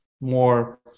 more